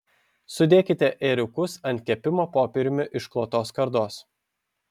sudėkite ėriukus ant kepimo popieriumi išklotos skardos